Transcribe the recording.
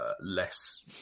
less